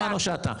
תמנו שאטה,